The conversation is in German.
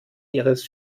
ihres